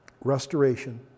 restoration